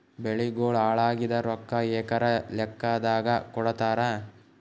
ಬೆಳಿಗೋಳ ಹಾಳಾಗಿದ ರೊಕ್ಕಾ ಎಕರ ಲೆಕ್ಕಾದಾಗ ಕೊಡುತ್ತಾರ?